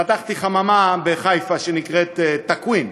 פתחתי חממה בחיפה שנקראת "טקווין",